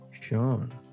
Sean